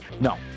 No